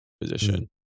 position